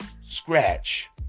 scratch